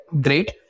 great